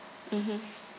mmhmm